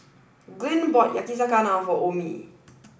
Glynn bought Yakizakana for Omie